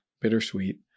bittersweet